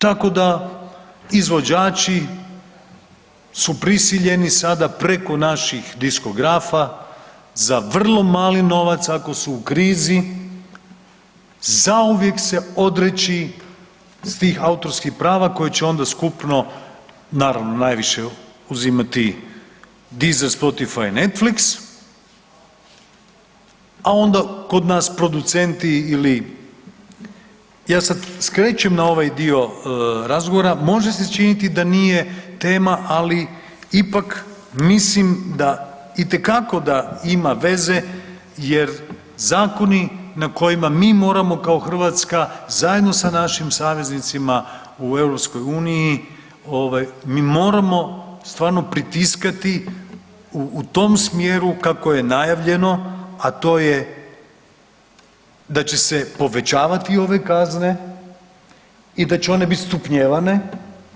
Tako da izvođači su prisiljeni sada preko naših diskografa za vrlo mali novac ako su u krizi zauvijek se odreći s tih autorskih prava koje će onda skupno naravno najviše uzimati Deeser, Spotify Netflix, a onda kod nas producenti ili ja sad skrećem na ovaj dio razgovora, može se činiti da nije tema, ali ipak mislim da itekako da ima veze jer zakoni na kojima mi moramo kao Hrvatska zajedno sa našim saveznicima u EU, mi moramo stvarno pritiskati u tom smjeru kako je najavljeno, a to je da će se povećavati ove kazne i da će one biti stupnjevanje,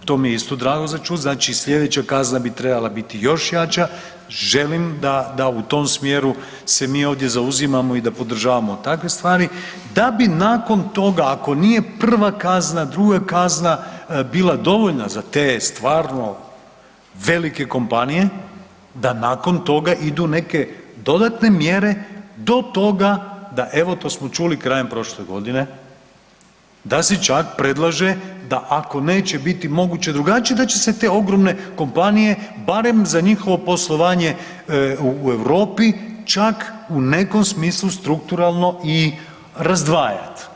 to mi je isto drago za čuti, znači sljedeća kazna bi trebala biti još jača, želim da u tom smjeru se mi ovdje zauzimamo i da podržavamo takve stvari, da bi nakon toga, ako nije prva kazna, druga kazna, bila dovoljna za te stvarno velike kompanije, da nakon toga idu neke dodatne mjere do toga, da evo, to smo čuli, krajem prošle godine, da si čak predlaže da ako neće biti moguće drugačije, da će se te ogromne kompanije barem za njihovo poslovanje u Europi, čak u nekom smislu strukturalno i razdvajati.